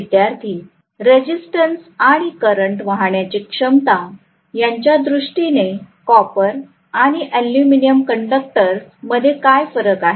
विद्यार्थी रेजिस्टन्स आणि करंट वाहण्याची क्षमता यांच्या दृष्टीने कॉपर आणि एल्युमिनियम कंडक्टर्स मध्ये काय फरक आहे